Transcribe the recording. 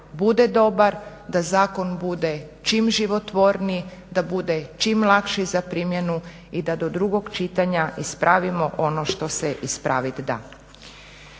bude dobar, da zakon bude čim životvorniji, da bude čim lakši za primjenu i da do drugog čitanja ispravimo ono što se ispraviti da.